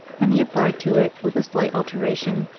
and he applied to it, with a slight alteration,